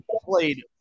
played